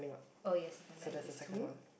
oh yes then that is two